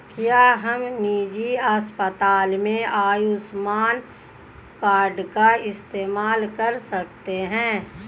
क्या हम निजी अस्पताल में आयुष्मान कार्ड का इस्तेमाल कर सकते हैं?